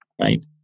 Right